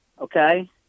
Okay